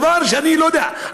זה דבר שאני לא יודע,